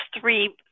three